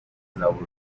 زبون